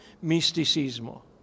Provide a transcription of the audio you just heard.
misticismo